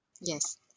Yes